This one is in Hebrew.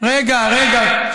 גם בזה ציפי לבני אשמה?